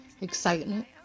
excitement